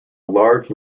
large